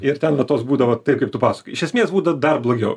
ir ten va tos būdavo taip kaip tu pasakojai iš esmės būdavo dar blogiau